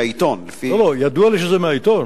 ידוע לי שזה מהעיתון,